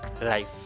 life